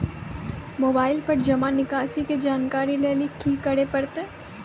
Mobile पर जमा निकासी के जानकरी लेली की करे परतै?